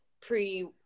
pre